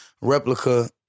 replica